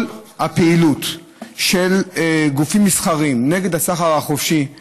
כל הפעילות של גופים מסחריים נגד הסחר החופשי היא